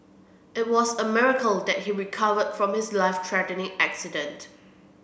it was a miracle that he recovered from his life threatening accident